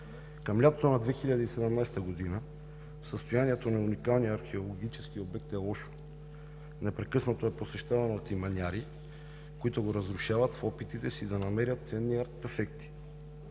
Към лятото на 2017 г. състоянието на уникалния археологически обект е лошо. Непрекъснато е посещаван от иманяри, които го разрушават в опитите си да намерят ценни артефакти.